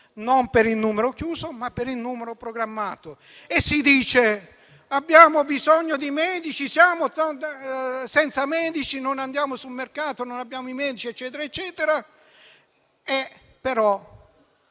non per il numero chiuso, ma per il numero programmato. Si dice che abbiamo bisogno di medici, siamo senza medici, non andiamo sul mercato, non abbiamo i medici; tuttavia,